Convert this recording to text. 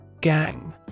Gang